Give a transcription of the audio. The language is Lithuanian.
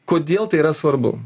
kodėl tai yra svarbu